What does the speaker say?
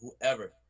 whoever